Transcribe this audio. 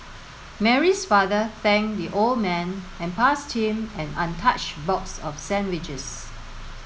Mary's father thanked the old man and passed him an untouched box of sandwiches